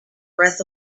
breath